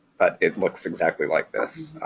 but it looks exactly like this.